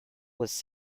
was